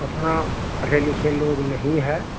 उतना पढ़े लिखे लोग नहीं है